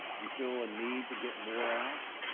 do you feel a need to get more out?